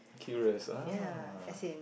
curious ah